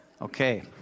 Okay